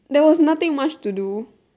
no is nothing much to do